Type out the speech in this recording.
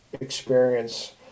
experience